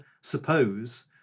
suppose